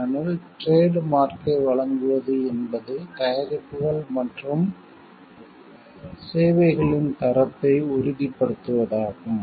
ஏனெனில் டிரேட் மார்க்யை வழங்குவது என்பது தயாரிப்புகள் மற்றும் சேவைகளின் தரத்தை உறுதிப்படுத்துவதாகும்